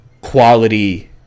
quality